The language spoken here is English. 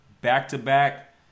back-to-back